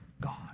God